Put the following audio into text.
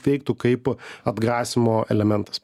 veiktų kaip atgrasymo elementas